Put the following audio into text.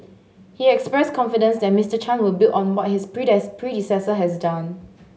he expressed confidence that Mister Chan would build on what his predecessor has done